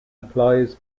applies